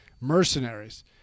mercenaries